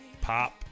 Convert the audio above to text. pop